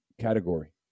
category